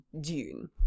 dune